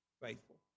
faithful